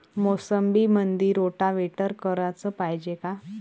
मोसंबीमंदी रोटावेटर कराच पायजे का?